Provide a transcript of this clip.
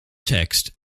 text